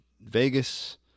Vegas